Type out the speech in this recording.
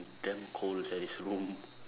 damn cold sia this room